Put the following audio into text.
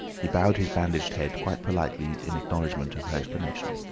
he bowed his bandaged head quite politely in acknowledgment of her explanation.